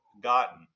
gotten